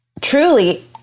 truly